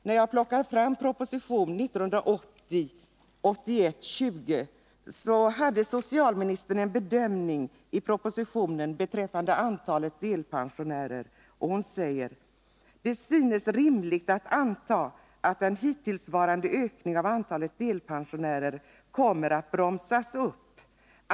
I proposition 1980/81:20 gör socialministern en bedömning beträffande antalet delpensionärer: ”Det synes emellertid rimligt att anta att den hittillsvarande ökningen av antalet delpensionärer kommer att bromsas upp.